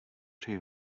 přeji